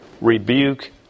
rebuke